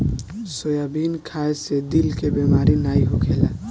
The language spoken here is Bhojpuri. सोयाबीन खाए से दिल के बेमारी नाइ होखेला